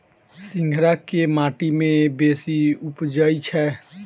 सिंघाड़ा केँ माटि मे बेसी उबजई छै?